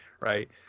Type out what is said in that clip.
Right